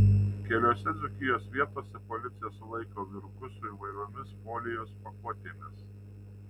keliose dzūkijos vietose policija sulaikė vyrukus su įvairiomis folijos pakuotėmis